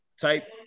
type